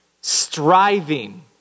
striving